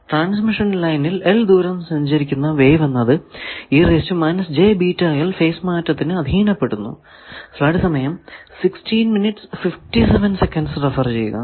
transmission ലൈനിൽ l ദൂരം സഞ്ചരിക്കുന്ന വേവ് എന്നത് ഫേസ് മാറ്റത്തിനു അധീനപ്പെടുന്നു